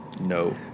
no